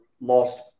lost